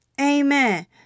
Amen